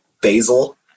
basil